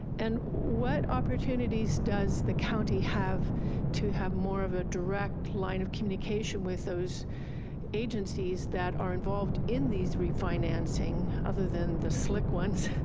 and what opportunities does the county have to have more of a direct line of communication with those agencies that are involved in these refinancing, other than the slick ones.